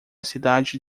cidade